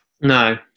no